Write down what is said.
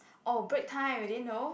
oh break time you didn't know